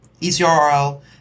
ECRL